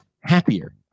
happier